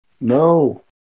no